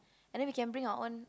and we can bring our own